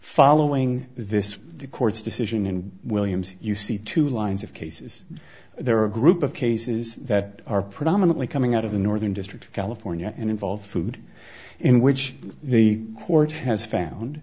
following this the court's decision in williams you see two lines of cases there are a group of cases that are predominantly coming out of the northern district of california and involved food in which the court has